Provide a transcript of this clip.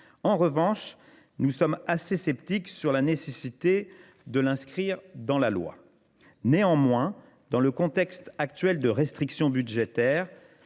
En revanche, nous sommes sceptiques quant à la nécessité de l’inscrire dans la loi. Néanmoins, dans le contexte actuel de restriction budgétaire,